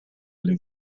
blue